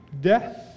Death